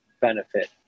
benefit